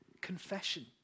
Confession